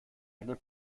einen